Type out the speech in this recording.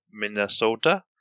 Minnesota